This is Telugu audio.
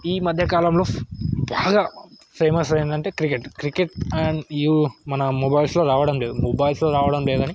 ఈ మధ్య కాలంలో బాగా ఫేమస్ ఏంటంటే క్రికెట్ క్రికెట్ అండ్ ఈ మన మొబైల్స్లో రావడం లేదు మొబైల్స్లో రావడం లేదని